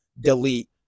delete